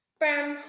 bam